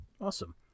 Awesome